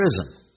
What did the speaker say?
prison